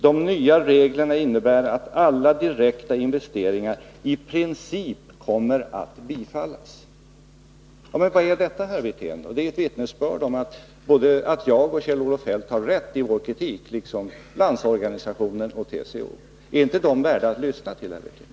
De nya reglerna innebär att alla direkta investeringar i princip kommer att bifallas.” Vad är detta, herr Wirtén? Det är ett vittnesbörd om att både jag och Kjell-Olof Feldt har rätt i vår kritik, liksom Landsorganisationen och TCO. Är inte de värda att lyssna till, herr Wirtén?